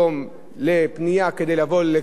מה צריך לעשות במבנה.